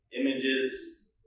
images